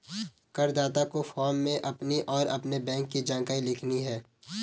करदाता को फॉर्म में अपनी और अपने बैंक की जानकारी लिखनी है